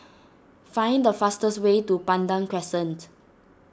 find the fastest way to Pandan Crescent